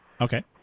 Okay